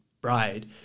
bride